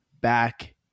back